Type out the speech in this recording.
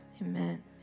Amen